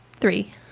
three